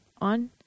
on